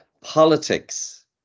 politics